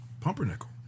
Pumpernickel